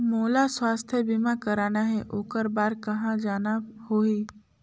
मोला स्वास्थ बीमा कराना हे ओकर बार कहा जाना होही?